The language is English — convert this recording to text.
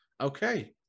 Okay